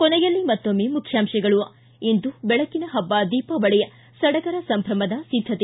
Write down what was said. ಕೊನೆಯಲ್ಲಿ ಮತ್ತೊಮ್ಮೆ ಮುಖ್ಯಾಂಶಗಳು ಿ ಇಂದು ಬೆಳಕಿನ ಹಬ್ಬ ದೀಪಾವಳಿ ಸಡಗರ ಸಂಭ್ರಮದ ಸಿದ್ದತೆ